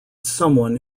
someone